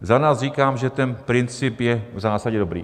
Za nás říkám, že ten princip je v zásadě dobrý.